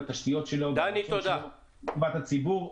עם התשתיות שלו והרצון שלו לטובת הציבור,